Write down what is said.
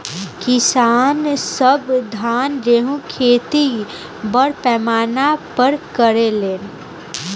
किसान सब धान गेहूं के खेती बड़ पैमाना पर करे लेन